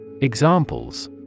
Examples